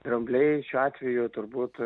drambliai šiuo atveju turbūt